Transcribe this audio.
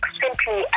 simply